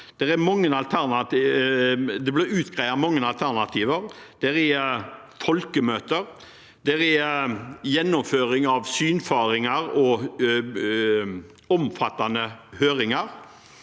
Det blir utredet mange alternativer. Det er folkemøter. Det er gjennomføring av synfaringer og omfattende høringer.